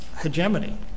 hegemony